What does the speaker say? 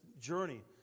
journey